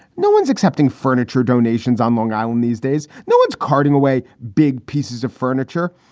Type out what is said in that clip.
no one's accepting furniture donations on long island these days. no one's carting away big pieces of furniture.